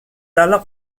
dalla